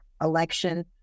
Election